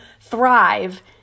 thrive